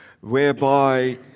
whereby